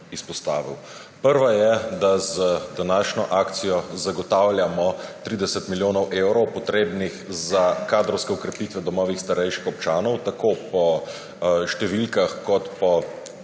Prva je, da z današnjo akcijo zagotavljamo 30 milijonov evrov, potrebnih za kadrovske okrepitve domov starejših občanov, in to tako po številkah kot po